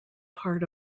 part